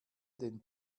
den